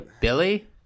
Billy